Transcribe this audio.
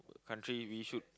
country we should